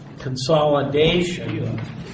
Consolidation